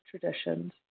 traditions